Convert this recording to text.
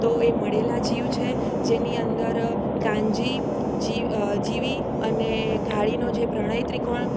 તો એ મળેલા જીવ છે જેની અંદર કાનજી જીવી અને ઘારીનો જે પ્રણય ત્રિકોણ